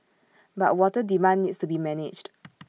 but water demand needs to be managed